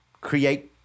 create